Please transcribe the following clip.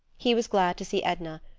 he was glad to see edna,